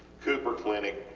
cooper clinic,